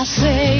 say